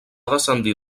descendir